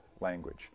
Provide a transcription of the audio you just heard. language